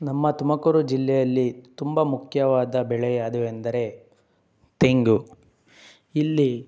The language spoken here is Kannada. ನಮ್ಮ ತುಮಕೂರು ಜಿಲ್ಲೆಯಲ್ಲಿ ತುಂಬ ಮುಖ್ಯವಾದ ಬೆಳೆ ಯಾವ್ದು ಎಂದರೆ ತೆಂಗು ಇಲ್ಲಿ